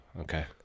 Okay